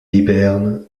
hiberne